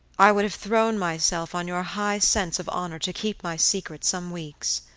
i would have thrown myself on your high sense of honor to keep my secret some weeks.